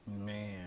Man